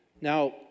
Now